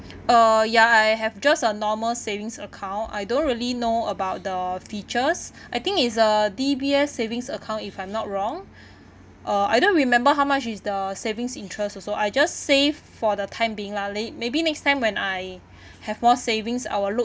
uh ya I have just a normal savings account I don't really know about the features I think it's a D_B_S savings account if I'm not wrong uh I don't remember how much is the savings interest also I just save for the time being lah li~ maybe next time when I have more savings I will look